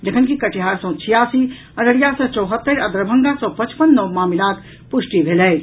जखनकि कटिहार सॅ छियासी अररिया सॅ चौहत्तरि आ दरभंगा सॅ पचपन नव मामिलाक पुष्टि भेल अछि